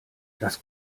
das